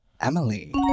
Emily